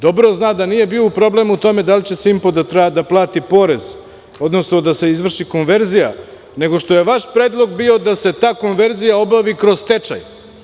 Dobro zna da nije bio problem u tome da li „Simpo“ treba da plati porez, odnosno da se izvrši konverzija, nego što je vaš predlog bio da se ta konverzija obavi kroz stečaj.